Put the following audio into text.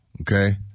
okay